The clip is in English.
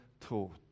taught